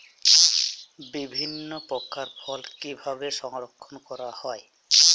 বিভিন্ন প্রকার ফল কিভাবে সংরক্ষণ করা হয়?